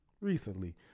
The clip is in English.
recently